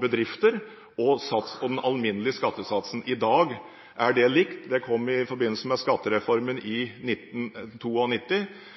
bedriftsskattesatsen og den alminnelige skattesatsen. I dag er dette likt – det kom i forbindelse med skattereformen